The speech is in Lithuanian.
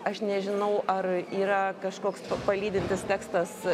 aš nežinau ar yra kažkoks palydintis tekstas